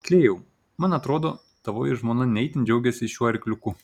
klėjau man atrodo tavoji žmona ne itin džiaugiasi šiuo arkliuku